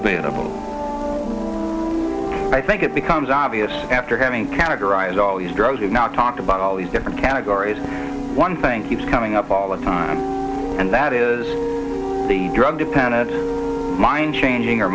available i think it becomes obvious after having categorized all these drugs we now talk about all these different categories one thing keeps coming up all the time and that is the drug dependence mind changing